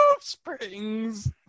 springs